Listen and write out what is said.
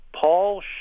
Paul